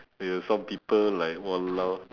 you know some people like !walao!